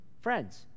Friends